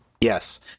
yes